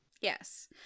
Yes